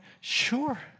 Sure